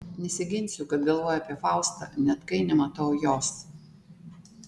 nesiginsiu kad galvoju apie faustą net kai nematau jos